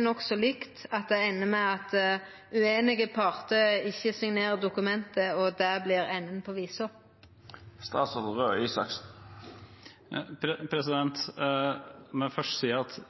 nokså likt, at det ender med at ueinige partar ikkje signerer dokumentet, og at det vert enden på visa? Jeg må først si at